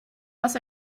was